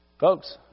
folks